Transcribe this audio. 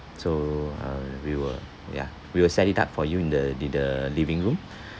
so uh we will ya we will set it up for you in the in the living room